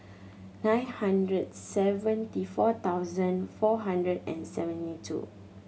nine hundred seventy four thousand four hundred and seventy two